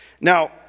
Now